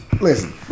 listen